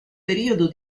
periodo